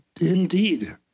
Indeed